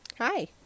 Hi